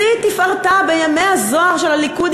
בשיא תפארתה, בימי הזוהר של הליכוד,